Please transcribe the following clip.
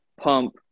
pump